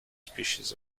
species